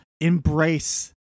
embrace